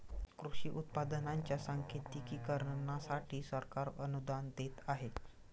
कृषी उत्पादनांच्या सांकेतिकीकरणासाठी सरकार अनुदान देत आहे